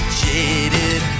jaded